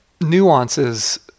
nuances